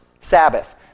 Sabbath